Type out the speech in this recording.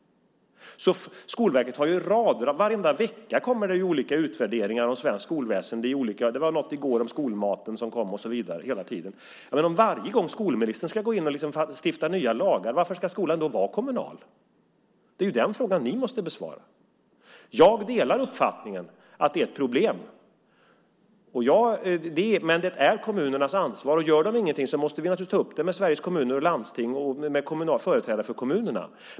Varenda vecka kommer det olika utvärderingar från Skolverket om svenskt skolväsende. I går var det något om skolmaten. Det kommer rader av utvärderingar ur olika aspekter. Om skolministern varje gång ska gå in och stifta nya lagar, varför ska skolan då vara kommunal? Det är den frågan ni måste besvara. Jag delar uppfattningen att det är ett problem, men det är kommunernas ansvar. Gör de ingenting måste vi naturligtvis ta upp det med Sveriges Kommuner och Landsting och med företrädare för kommunerna.